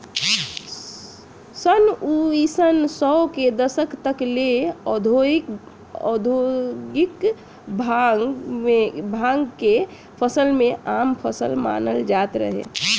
सन उनऽइस सौ के दशक तक ले औधोगिक भांग के फसल के आम फसल मानल जात रहे